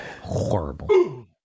Horrible